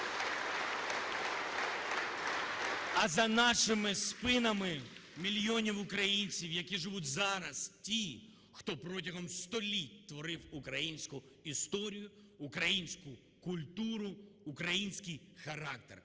А за нашими спинами мільйони українців, які живуть зараз, ті, хто протягом століть творив українську історію, українську культуру, український характер.